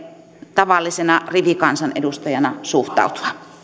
tavallisena rivikansanedustajana suhtautua